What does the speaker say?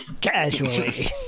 Casually